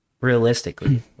realistically